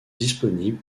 disponible